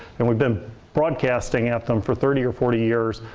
and we've been broadcasting at them for thirty or forty years,